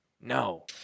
No